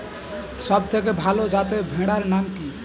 সবথেকে ভালো যাতে ভেড়ার নাম কি?